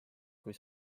kui